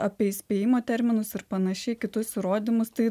apie įspėjimo terminus ir panašiai kitus įrodymus tai